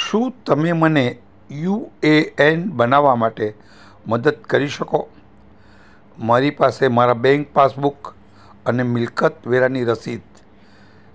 શું તમે મને યુએએન બનાવા માટે મદદ કરી શકો મારી પાસે મારા બેંક પાસબુક અને મિલકત વેરાની રસીદ